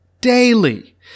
Daily